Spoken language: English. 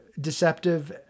deceptive